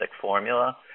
formula